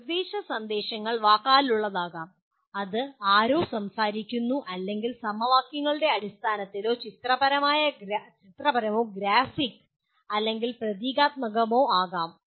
നിർദ്ദേശ സന്ദേശങ്ങൾ വാക്കാലുള്ളതാകാം അത് ആരോ സംസാരിക്കുന്നു അല്ലെങ്കിൽ സമവാക്യങ്ങളുടെ അടിസ്ഥാനത്തിൽ ചിത്രപരമോ ഗ്രാഫിക് അല്ലെങ്കിൽ പ്രതീകാത്മകമോ ആകാം